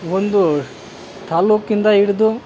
ಒಂದು ತಾಲೂಕ್ಕಿಂದ ಹಿಡ್ದು